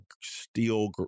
steel